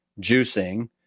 juicing